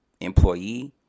employee